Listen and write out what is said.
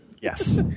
Yes